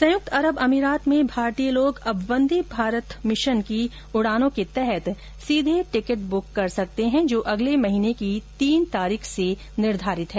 संयुक्त अरब अमीरात में भारतीय लोग अब वंदे मातरम भारत की उडानों के तहत सीघे टिकट बुक कर सकते है जो अगले महीने की तीन तारीख से निर्घारित है